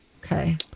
Okay